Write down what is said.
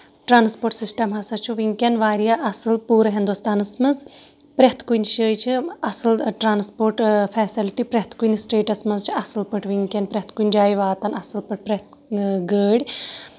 transport system ہسا چھُ وٕنکین واریاہ اَصٕل پوٗرٕ ہِندوستانس منٛز پرٮ۪تھ کُنہِ جایہِ چھُ اَصٕل ٹرانَسپوٹ فیسلَٹی پرٮ۪تھ کُنہِ سِٹیٹس منٛز چھِ اَصٕل پٲٹھۍ وٕنکیٚن پرٮ۪تھ کُنہِ جایہِ واتان اَصٕل پٲٹھۍ پرٮ۪تھ گٲڑۍ